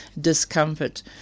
discomfort